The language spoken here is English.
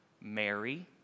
Mary